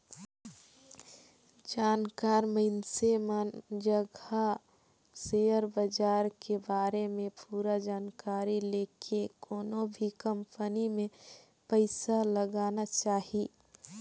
जानकार मइनसे मन जघा सेयर बाजार के बारे में पूरा जानकारी लेके कोनो भी कंपनी मे पइसा लगाना चाही